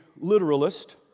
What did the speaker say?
literalist